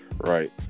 Right